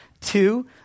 Two